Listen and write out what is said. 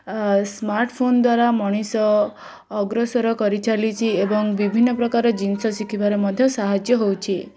ଆଉ ସ୍ମାର୍ଟ୍ଫୋନ୍ ଦ୍ଵାରା ମଣିଷ ଅଗ୍ରସର କରିଚାଲିଛି ଏବଂ ବିଭିନ୍ନପ୍ରକାର ଜିନିଷ ଶିଖିବାର ମଧ୍ୟ ସାହାଯ୍ୟ ହେଉଛି